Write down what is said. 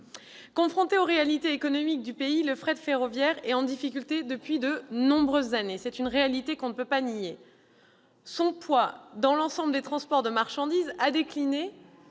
Confronté aux réalités économiques du pays, le fret ferroviaire est en difficulté depuis de nombreuses années ; c'est une réalité que l'on ne peut pas nier. Son poids dans l'ensemble des transports de marchandises a décliné,